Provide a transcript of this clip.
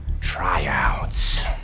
tryouts